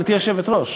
גברתי היושבת-ראש,